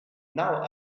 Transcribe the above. now